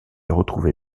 retrouvé